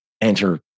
enter